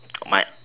my